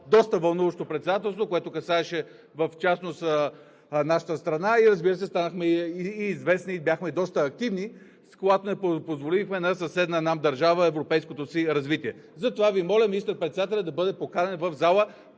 доста вълнуващо Председателство, което касаеше, в частност нашата страна, разбира се, станахме и известни, и бяхме доста активни, с което не позволихме на съседна нам държава европейското си развитие. Затова Ви моля министър-председателят да бъде поканен в залата